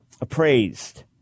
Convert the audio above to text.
appraised